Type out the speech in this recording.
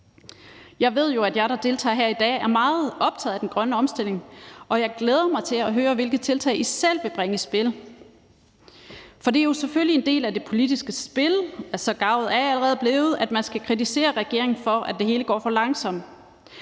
Jeg ved jo, at I, der deltager her i dag, er meget optagede af den grønne omstilling, og jeg glæder mig til at høre, hvilke tiltag I selv vil bringe i spil. For det er jo selvfølgelig en del af det politiske spil – så garvet er jeg allerede blevet – at man skal kritisere regeringen for, at det hele går for langsomt.